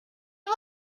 was